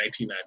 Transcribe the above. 1999